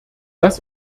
dass